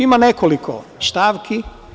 Ima nekoliko stavki.